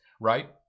Right